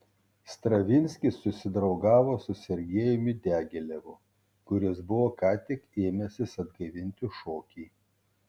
stravinskis susidraugavo su sergejumi diagilevu kuris buvo ką tik ėmęsis atgaivinti šokį